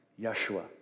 Yeshua